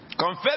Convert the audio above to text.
Confess